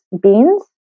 beans